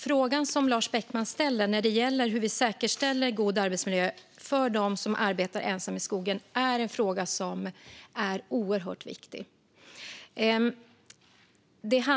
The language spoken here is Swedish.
Frågan som Lars Beckman ställer, hur vi säkerställer en god arbetsmiljö för dem som arbetar ensamma i skogen, är oerhört viktig.